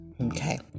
Okay